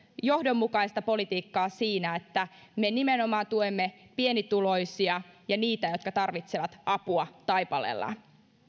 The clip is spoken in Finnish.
johdonmukaista politiikkaa siinä että me nimenomaan tuemme pienituloisia ja niitä jotka tarvitsevat apua taipaleellaan